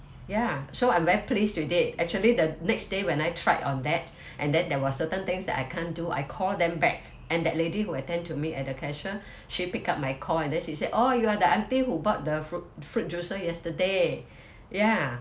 ya so I'm very pleased with it actually the next day when I tried on that and then there was certain things that I can't do I call them back and that lady who attend to me at the cashier she pick up my call and then she said orh you are the aunty who bought the fruit fruit juice yesterday ya